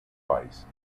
device